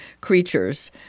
creatures